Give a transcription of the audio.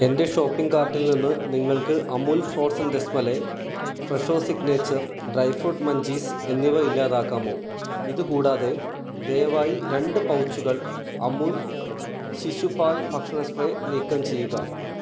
എന്റെ ഷോപ്പിംഗ് കാർട്ടിൽ നിന്ന് നിങ്ങൾക്ക് Amul frozen rasmalai Fresho signature dry fruit munchies എന്നിവ ഇല്ലാതാക്കാമോ ഇത് കൂടാതെ ദയവായി രണ്ട് പൗച്ചുകൾ അമുൽ ശിശു പാൽ ഭക്ഷണ സ്പ്രേ നീക്കം ചെയ്യുക